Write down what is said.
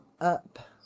up